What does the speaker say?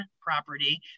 property